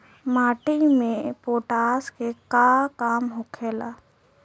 माटी में पोटाश के का काम होखेला?